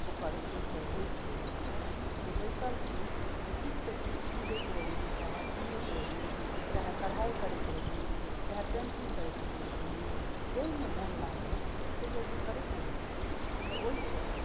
ओकर ओहिसँ होइत छै लोकके जे बैसल छी तऽ किछुसँ किछु सीबैत रही चाहे बीनैत रही चाहे कढ़ाइ करैत रही चाहे पेंटिंग करैत रही जाहिमे मोन लागय से यदि करैत रहैत छी तऽ ओहिसँ